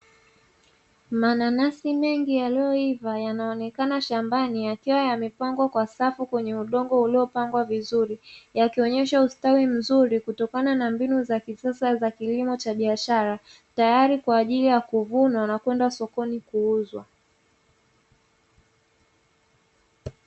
Mananasi mengi yaliyowiva yanaonekana shambani, yakiwa yamepangwa kwa safu kwenye udongo uliopangwa vizuri yakionyesha ustawi mzuri kutokana na mbinu za kisasa cha kilimo cha biashara teyari kwa ajili ya kuvunwa na kwenda sokoni kuuzwa.